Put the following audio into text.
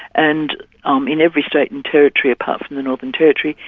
and um in every state and territory apart from the northern territory,